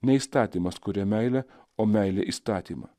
ne įstatymas kuria meilę o meilė įstatymą